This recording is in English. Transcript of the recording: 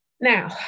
Now